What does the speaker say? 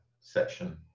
section